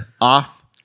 off